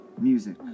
music